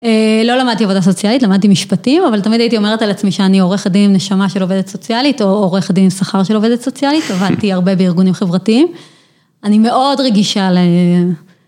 לא למדתי עבודה סוציאלית, למדתי משפטים, אבל תמיד הייתי אומרת על עצמי שאני עורכת דין עם נשמה של עובדת סוציאלית, או עורכת דין עם שכר של עובדת סוציאלית, עבדתי הרבה בארגונים חברתיים. אני מאוד רגישה ל...